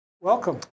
welcome